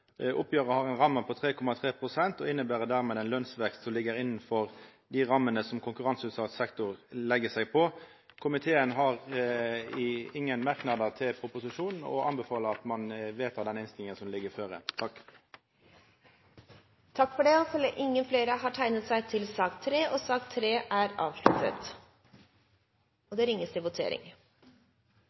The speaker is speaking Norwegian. Oppgjeret har ei ramme på 3,3 pst. og inneber dermed ein lønsvekst som ligg innanfor dei rammene som konkurranseutsett sektor legg seg på. Komiteen har ingen merknader til proposisjonen og anbefaler at ein vedtek den innstillinga som ligg føre. Flere har ikke bedt om ordet til sak nr. 3. Da er Stortinget klar til å gå til votering